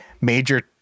major